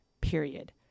Period